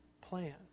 plan